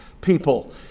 people